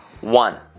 One